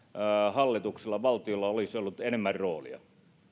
hallituksella valtiolla olisi ollut enemmän roolia